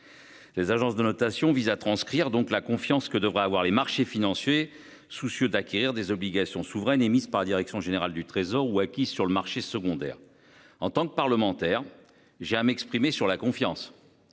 Les agences de notation vise à transcrire donc la confiance que devraient avoir les marchés financiers. Soucieux d'acquérir des obligations souveraines émises par direction générale du Trésor ou acquise sur le marché secondaire. En tant que parlementaire j'ai à m'exprimer sur la confiance.